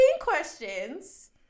questions